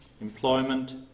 employment